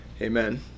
Amen